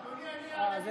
אדוני, אני אעלה במקומה.